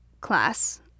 class